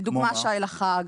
לדוגמה שי לחג,